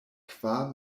kvar